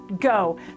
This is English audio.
go